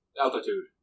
altitude